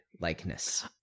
likeness